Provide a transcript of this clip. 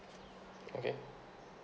okay